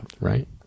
Right